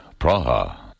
Praha